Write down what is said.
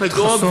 ולא צריך לדאוג,